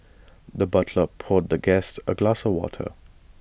the butler poured the guest A glass of water